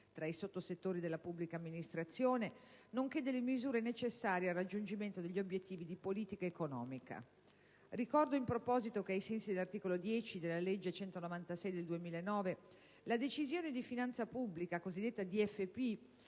tra i sottosettori della pubblica amministrazione, nonché delle misure necessarie al raggiungimento degli obiettivi di politica economica. Ricordo in proposito che, ai sensi dell'articolo 10 della legge n. 196 del 2009, la Decisione di finanza pubblica (la cosiddetta